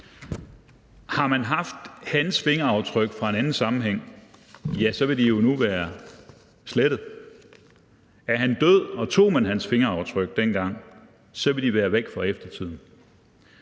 Har man haft hans fingeraftryk fra en anden sammenhæng, vil de jo nu være slettet. Er han død, og tog man hans fingeraftryk dengang, vil de være væk for eftertiden.